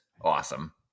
awesome